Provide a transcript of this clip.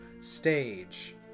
stage